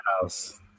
house